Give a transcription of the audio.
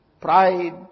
pride